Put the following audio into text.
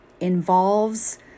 involves